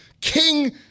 king